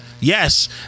Yes